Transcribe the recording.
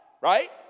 right